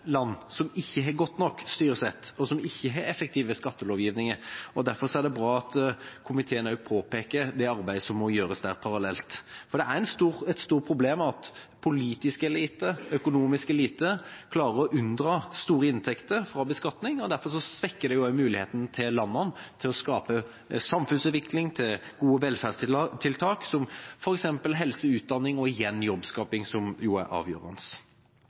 land som ikke har godt nok styresett, og som ikke har en effektiv skattelovgivning. Derfor er det bra at komiteen også påpeker det arbeidet som må gjøres parallelt, for det er et stort problem at politisk elite, økonomisk elite, klarer å unndra store inntekter fra beskatning, og dermed svekkes landenes mulighet til å skape samfunnsutvikling og gode velferdstiltak, som f.eks. helse, utdanning og igjen jobbskaping, som er avgjørende.